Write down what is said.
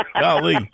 golly